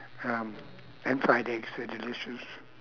um and fried eggs they're delicious